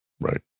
Right